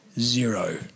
Zero